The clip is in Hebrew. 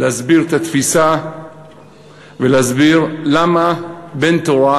להסביר את התפיסה ולהסביר למה בן תורה,